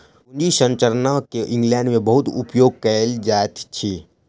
पूंजी संरचना के इंग्लैंड में बहुत उपयोग कएल जाइत अछि